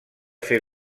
fer